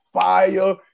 fire